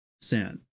sin